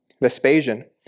Vespasian